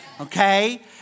okay